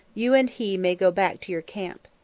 you and he may go back to your camp.